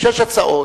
שש הצעות.